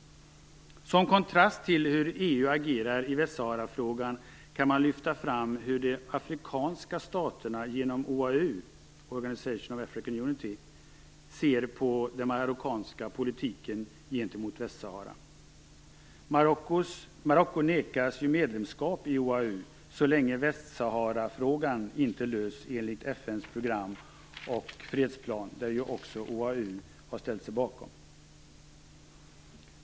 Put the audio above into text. Som kontrast till hur EU agerar i Västsaharafrågan kan man lyfta fram hur de afrikanska staterna genom OAU, Organization of African Unity, ser på den marockanska politiken gentemot Västsahara. Marocko nekas ju medlemskap i OAU så länge Västsaharafrågan inte löses enligt FN:s program och fredsplan, som också OAU har ställt sig bakom.